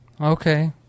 Okay